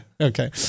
okay